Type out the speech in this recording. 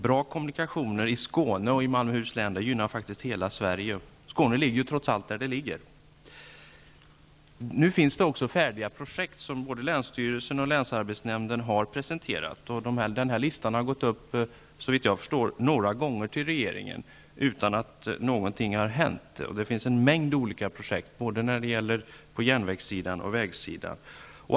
Bra kommunikationer i Skåne och i Malmöhus län gynnar hela Sverige. Skåne ligger trots allt där det ligger. Det finns också färdiga projekt, som både länsstyrelsen och länsarbetsnämnden har presenterat, och en lista över dem har gått upp till regeringen några gånger utan att någonting har hänt. Det finns en mängd olika projekt, både på järnvägssidan och på vägsidan.